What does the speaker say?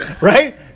right